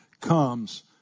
comes